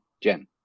Jen